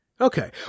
okay